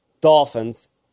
Dolphins